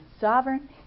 sovereign